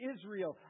Israel